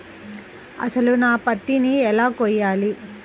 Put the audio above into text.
అసలు నా పత్తిని ఎలా కొలవాలి?